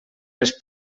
les